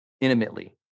intimately